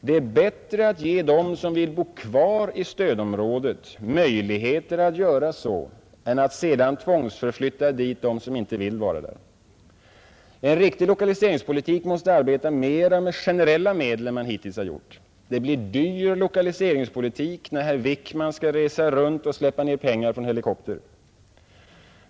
Det är bättre att ge dem som vill bo kvar i stödområdet möjligheter att göra så än att sedan dit tvångsförflytta människor som inte vill vara där. En riktig lokaliseringspolitik måste arbeta mer med generella medel än som hittills har skett. Det blir dyr lokaliseringspolitik när herr Wickman skall resa runt och släppa ner pengar från helikopter.